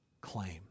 claim